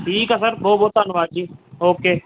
ਠੀਕ ਆ ਸਰ ਬਹੁਤ ਬਹੁਤ ਧੰਨਵਾਦ ਜੀ ਓਕੇ